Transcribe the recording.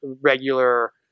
regular